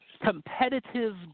competitive